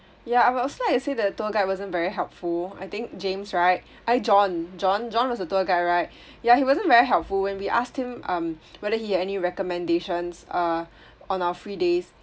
ya I would also like to say that the tour guide wasn't very helpful I think james right eh john john john was the tour guide right yeah he wasn't very helpful when we asked him um whether he had any recommendations uh on our free days